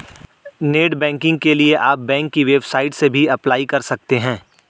net banking के लिए आप बैंक की वेबसाइट से भी अप्लाई कर सकते है